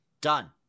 Done